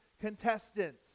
contestants